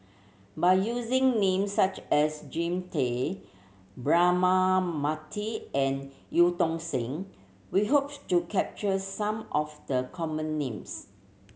by using names such as Jean Tay Braema Mathi and Eu Tong Sen we hopes to capture some of the common names